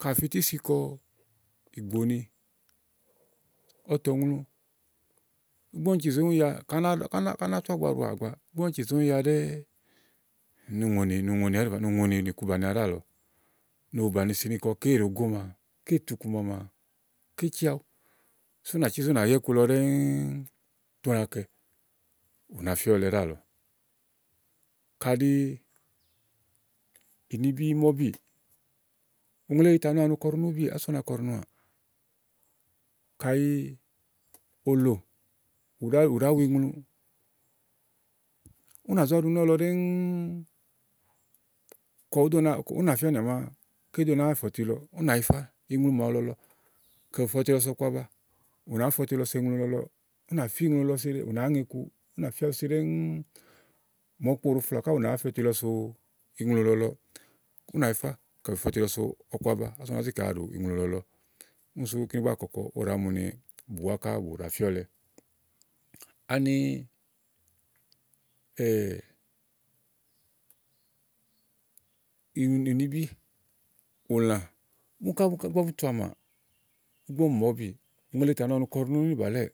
Kàyi àfi ití si kɔ igbóni, ɔ́tɔŋlù igbɔ ùni cize ùni ya kàyi à nà tu àbua ɖùà gbàaà ígbɔ ùni cize ùni ya ɖɛ́ɛ̀ nì ùŋòní ní iku bània ɖàálɔ ni ù bànisi ni kàɖi eyi dóògo maà ké ci aɖu sù ù nà. Cíze ù nà yà ikulɔ ɖɛ̀ɛ̀ ètè ù nàá kɛ. Ù nafìɔ̀lɛ ɖáàlɔ. Kàɖi ùnibì ìí ma ùbì, ùŋle tà nɔà ni u kɔ iɖunu ùbì kása ú na kɔà. Kàɖi òló ɖàá wu iŋlu ù nà zo ɖu nɔlɔ ɖɛ̀ɛ̀ ù nà fía ni màmàa Kàɖi éyi ɖo naà fè ɔtitɔ ù nà yifà iŋlu màwu lɔlɔ è fè fè ɔtilo so ɔkubaba. Ù nàá fe ɔtilɔ so iŋlu lɔlɔɔ̀ ù nà fí iŋlu lɔlɔ ù nàá ŋe iku ù nà Fí awu si màa okpo ɖóo Floà kàèe ù fe ɔtilɔ so iŋlu lɔlɔɔ̀ ù nà yifà fèfè ɔtilɔ so ɔku baba kàsa ù nà zizi wàa ɖù iŋlu lɔlɔ. Kíni bùa kɔkɔ òwo ɖàá mu ni bùwa kà bù ɖa fíɔlɛ. Ani ùnibíbí blɛ̀ɛ ùlã, ìgbɔ ùni tu àmá ùni mà ùbì ùŋle tà nɔà ni ukɔ iɖunu níì bàlɛ̀ɛ.